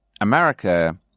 America